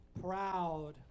proud